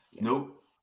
Nope